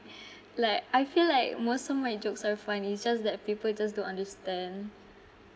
like I feel like most of my jokes are funny it's just that people just don't understand